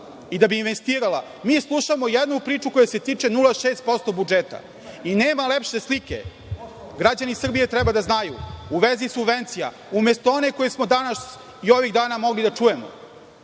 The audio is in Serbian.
i da bi investirala, mi slušamo jednu priču koja se tiče 0,6% budžeta i nema lepše slike. Građani Srbije treba da znaju u vezi subvencija umesto one koje smo danas i ovih dana mogli da čujemo,